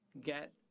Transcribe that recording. get